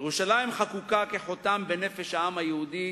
ירושלים חקוקה כחותם בנפש העם היהודי